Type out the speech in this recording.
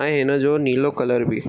ऐं हिन जो नीलो कलर बि